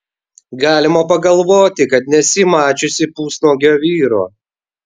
galima pagalvoti kad nesi mačiusi pusnuogio vyro